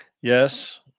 Yes